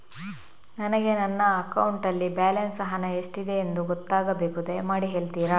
ನನಗೆ ನನ್ನ ಅಕೌಂಟಲ್ಲಿ ಬ್ಯಾಲೆನ್ಸ್ ಹಣ ಎಷ್ಟಿದೆ ಎಂದು ಗೊತ್ತಾಗಬೇಕು, ದಯಮಾಡಿ ಹೇಳ್ತಿರಾ?